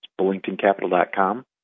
BullingtonCapital.com